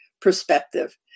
perspective